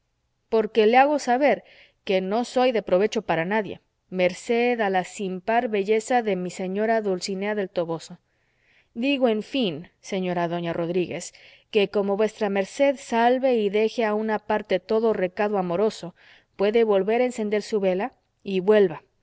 porque le hago saber que no soy de provecho para nadie merced a la sin par belleza de mi señora dulcinea del toboso digo en fin señora doña rodríguez que como vuestra merced salve y deje a una parte todo recado amoroso puede volver a encender su vela y vuelva